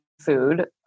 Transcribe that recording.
food